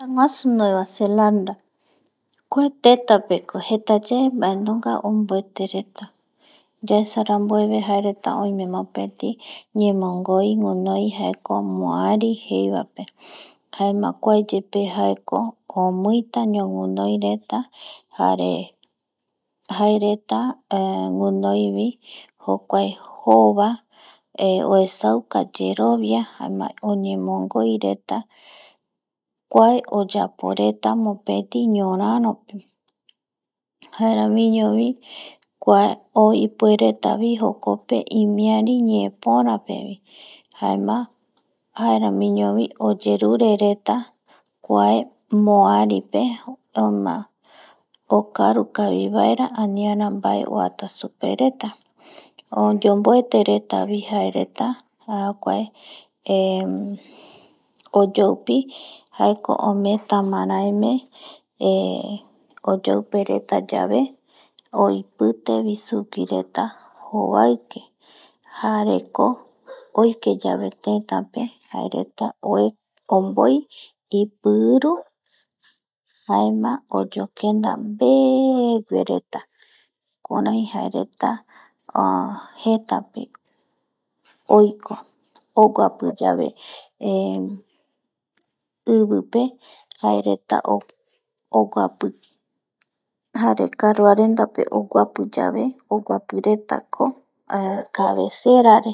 Nueva Zelanda kuae teta pe jeta yae bAenunga onbuete reta yaesa ranbueve mopeti ñeemongoi jaeko muari jeiba pe jaema kuae yepe jaeko omiita ñowinoi reta jare jae reta winoi bi jokuae joba uesauka yerobia jaema oñemongoi reta kuae oyapo reta mopeti ñoraro pe jaeramiño bi kuae ipuereta bi jokope imiari ñeepora pe jaema jaeramiño bi oyerure reta kuae moari pe jaema okaru kavi baera aniara bae uata bae supe reta oyonbuete reta bi jae reta jokuae eh oyoipi jaeko ome tamaraeme eh oyoipe reta yave oipite bi suwi reta jobaike jareko oike yabe tetape jae reta onboi ipiiru jaema oyokenda veeguere reta kurai jae reta jeta pe oiko oguapi yabe eh ibi pe jae reta oguapi jare karua renda pe oguapi yabe oguapi reta ko cavesera re